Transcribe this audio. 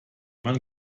man